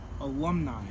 alumni